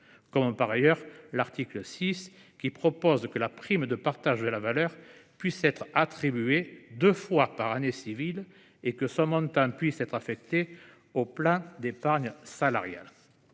le cas de l’article 6, qui prévoit que la prime de partage de la valeur puisse être attribuée deux fois par année civile et que son montant puisse être affecté aux plans d’épargne salariale.